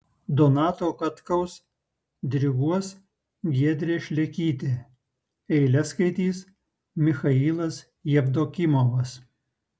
donato katkaus diriguos giedrė šlekytė eiles skaitys michailas jevdokimovas